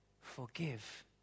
forgive